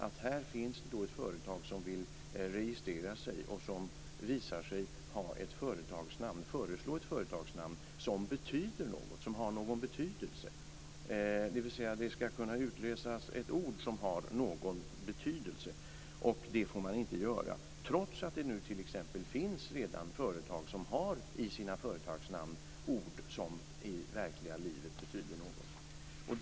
Det finns här ett företag som vill registrera sig och som föreslår ett företagsnamn som har en innebörd. Det kan alltså utläsas ett ord som har en betydelse, och så får det inte vara, trots att det t.ex. redan finns företag som i sina företagsnamn har ord som i det verkliga livet betyder något.